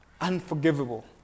unforgivable